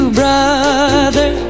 brother